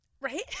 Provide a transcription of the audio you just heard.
Right